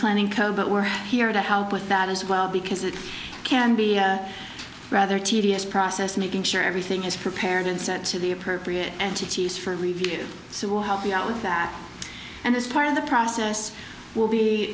planning code but we're here to help with that as well because it can be rather tedious process making sure everything is prepared and sent to the appropriate entities for review so we'll help you out with that and this part of the process will be